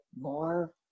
more